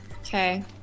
Okay